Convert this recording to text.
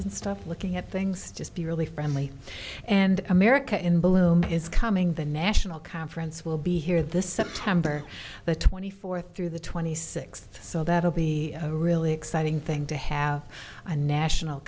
and stop looking at things just be really friendly and america in bloom is coming the national conference will be here the september the twenty fourth through the twenty sixth so that will be a really exciting thing to have a national